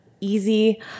easy